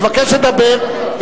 מבקש לדבר,